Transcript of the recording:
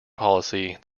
policy